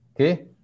okay